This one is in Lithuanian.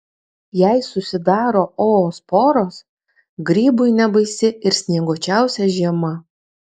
jei susidaro oosporos grybui nebaisi ir snieguočiausia žiema